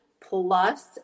plus